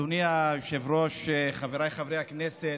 אדוני היושב-ראש, חבריי חברי הכנסת,